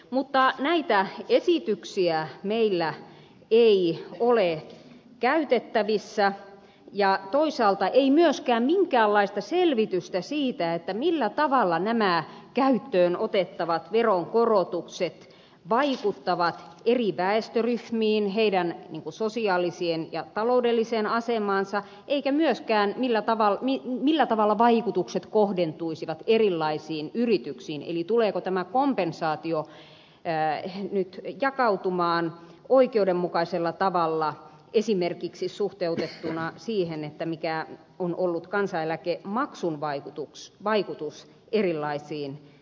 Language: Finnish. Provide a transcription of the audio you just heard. mutta näitä esityksiä meillä ei ole käytettävissä toisaalta ei myöskään minkäänlaista selvitystä siitä millä tavalla nämä käyttöön otettavat veronkorotukset vaikuttavat eri väestöryhmiin heidän sosiaaliseen ja taloudelliseen asemaansa eikä myöskään millä tavalla vaikutukset kohdentuisivat erilaisiin yrityksiin eli tuleeko tämä kompensaatio nyt jakautumaan oikeudenmukaisella tavalla esimerkiksi suhteutettuna siihen mikä on ollut kansaneläkemaksun vaikutus erilaisiin yrityksiin